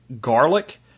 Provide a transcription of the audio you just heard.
garlic